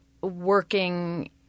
working